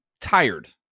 tired